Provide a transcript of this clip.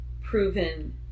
proven